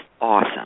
awesome